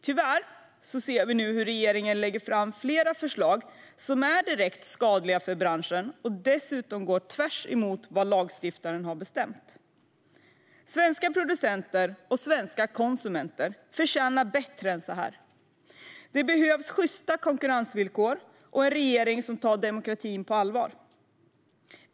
Tyvärr ser vi nu att regeringen lägger fram flera förslag som är direkt skadliga för branschen och dessutom går tvärt emot vad lagstiftaren har bestämt. Svenska producenter och svenska konsumenter förtjänar bättre än så. Det behövs sjysta konkurrensvillkor och en regering som tar demokratin på allvar.